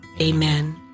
Amen